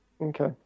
Okay